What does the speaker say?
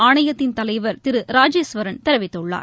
ஆணைத்தின் தலைவர் திரு ராஜேஸ்வரன் தெரிவித்துள்ளார்